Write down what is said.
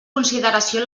consideració